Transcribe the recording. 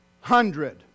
hundred